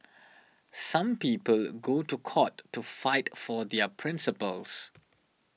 some people go to court to fight for their principles